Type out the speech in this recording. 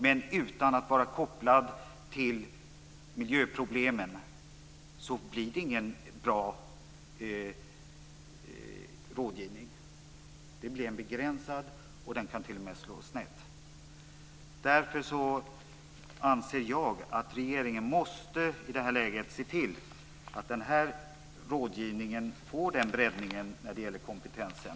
Men om den inte är kopplad till miljöproblemen blir det ingen bra rådgivning. Den blir begränsad och den kan t.o.m. slå snett. Därför anser jag att regeringen i detta läge måste se till att den här rådgivningen får denna breddning när det gäller kompetensen.